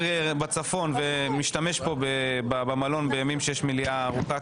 בצפון והולך לבית מלון בימים יש מליאה ארוכה.